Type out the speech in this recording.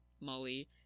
Molly